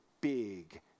big